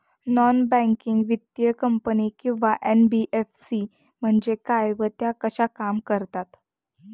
Non banking वित्तीय company किंवा NBFC म्हणजे काय व त्या कशा काम करतात?